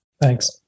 Thanks